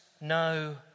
no